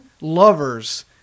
lovers